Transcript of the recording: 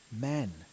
men